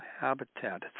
habitat